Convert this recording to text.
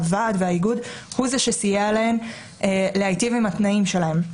הוועד והאיגוד הוא זה שסייע להן להיטיב את התנאים שלהן.